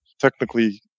technically